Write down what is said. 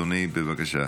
אדוני, בבקשה.